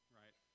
right